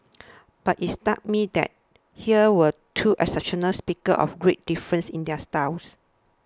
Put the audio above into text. but it stuck me that here were two exceptional speakers of great difference in their styles